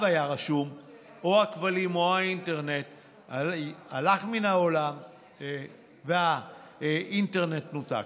היה רשומים הכבלים או האינטרנט הלך מן העולם והאינטרנט נותק.